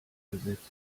gesetzt